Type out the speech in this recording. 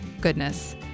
goodness